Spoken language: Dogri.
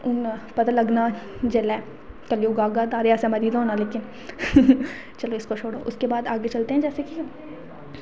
हून पता लग्गना जेल्लै कलयुग आह्गा तां असें इन्ने चिर च मरी दा होना चलो इस के बाद आगें चलते हैं जैसे की